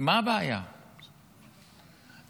מה הבעיה, עכשיו,